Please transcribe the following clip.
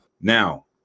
Now